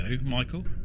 Michael